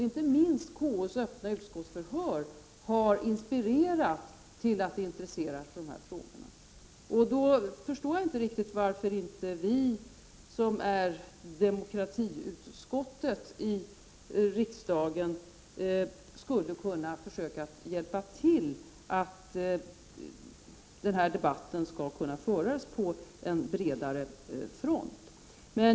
Inte minst har KU:s öppna utskottsförhör inspirerat människor att intressera sig för dessa frågor. Mot den bakgrunden förstår jag inte riktigt varför inte vi i konstitutionsutskottet, som ju ändå är riksdagens demokratiutskott, skulle kunna försöka hjälpa till för att möjliggöra att den här debatten förs på en bredare front.